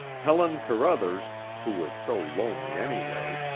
helen carruthers, who was so lonely anyway,